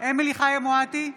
אמילי חיה מואטי,